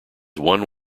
one